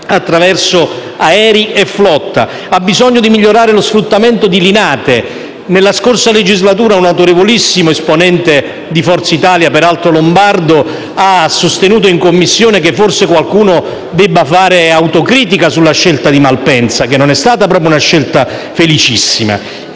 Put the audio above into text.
attraverso aerei e flotta, e ha bisogno di migliorare lo sfruttamento di Linate. Nella scorsa legislatura un autorevolissimo esponente di Forza Italia, peraltro lombardo, ha sostenuto in Commissione che forse qualcuno dovrebbe fare autocritica sulla scelta di Malpensa, che non è stata proprio una scelta felicissima.